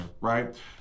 right